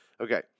Okay